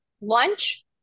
lunch